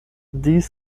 these